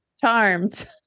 Charmed